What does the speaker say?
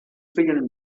feien